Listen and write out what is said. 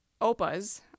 OPAs